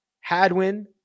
Hadwin